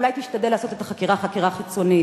אולי תשתדל לעשות את החקירה חקירה חיצונית,